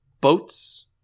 boats